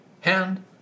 hand